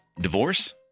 Divorce